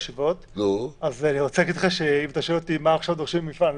אז אם אתה שואל אותי מה דורשים עכשיו ממפעל,